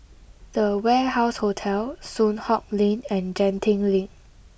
the Warehouse Hotel Soon Hock Lane and Genting Link